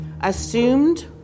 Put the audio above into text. assumed